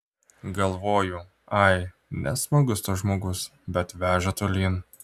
galvoju ai nesmagus tas žmogus bet veža tolyn